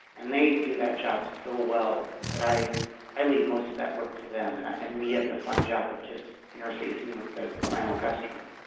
and they do that job so well that i i leave most of that work to them. and and we have the fun job of just interfacing with the final customer.